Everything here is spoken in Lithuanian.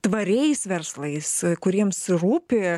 tvariais verslais kuriems rūpi